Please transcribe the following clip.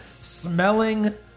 Smelling